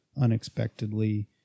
unexpectedly